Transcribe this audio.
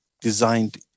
designed